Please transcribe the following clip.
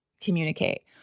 communicate